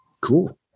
Cool